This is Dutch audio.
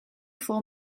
vol